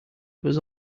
was